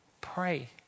Pray